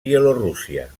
bielorússia